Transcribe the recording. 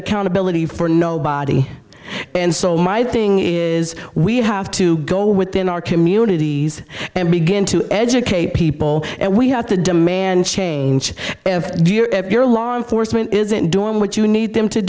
accountability for nobody and so my thing is we have to go within our communities and begin to educate people and we have to demand change your law enforcement isn't doing what you need them to